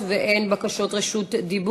תחזיר להם את